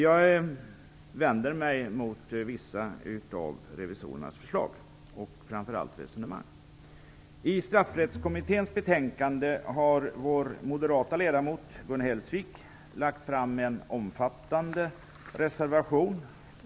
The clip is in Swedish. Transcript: Jag vänder mig mot vissa av revisorernas förslag och, framför allt, mot vissa resonemang. Till Straffsystemkommitténs betänkande har vår moderata ledamot Gun Hellsvik lagt en omfattande reservation.